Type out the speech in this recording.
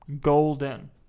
golden